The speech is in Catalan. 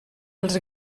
els